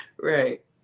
Right